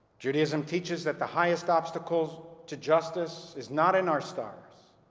judaism teaches that the highest obstacle to justice is not in our stars